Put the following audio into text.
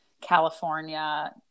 California